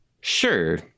sure